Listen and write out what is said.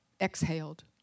exhaled